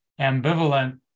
ambivalent